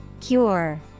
Cure